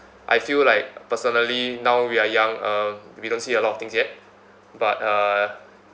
I feel like personally now we are young uh we don't see a lot of things yet but uh